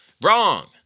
Wrong